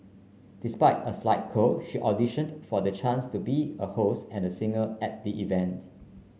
despite a slight cold she auditioned for the chance to be a host and a singer at the event